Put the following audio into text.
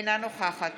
אינה נוכחת